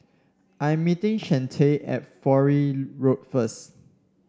I'm meeting Shante at Fowlie Road first